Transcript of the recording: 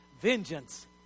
Vengeance